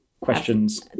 questions